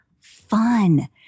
fun